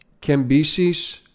Cambyses